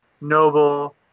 noble